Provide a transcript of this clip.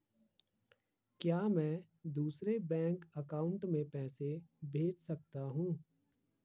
क्या मैं दूसरे बैंक अकाउंट में पैसे भेज सकता हूँ?